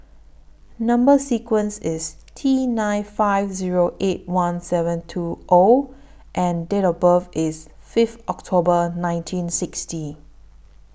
Number sequence IS T nine five Zero eight one seven two O and Date of birth IS Fifth October nineteen sixty